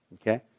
Okay